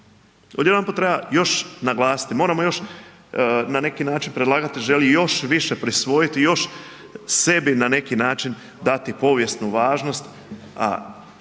Odjedanput treba još naglasiti, moramo još na neki način predlagatelj želi još više prisvojiti još sebi na neki način dati povijesnu važnost,